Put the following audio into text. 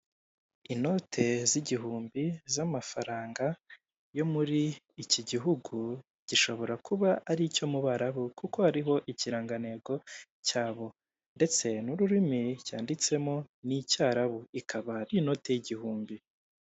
Inote z'igihumbi z'amafaranga yo muri iki gihugu, gishobora kuba ari cyo mu barabu kuko hariho ikirangantego cyabo ndetse n'ururimi cyanditsemo n'icyarabu ikaba ari inoti y' igihumbi.